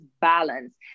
balance